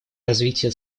развитие